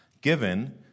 given